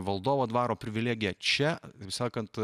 valdovo dvaro privilegija čia sakant